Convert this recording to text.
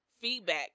feedback